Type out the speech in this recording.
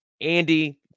Andy